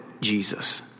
Jesus